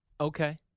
Okay